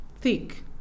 thick